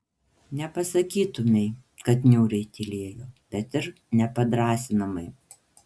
nepasakytumei kad niūriai tylėjo bet ir ne padrąsinamai